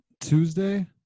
Tuesday